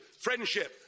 friendship